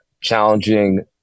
challenging